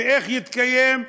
ואיך יתקיים,